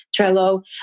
Trello